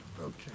Okay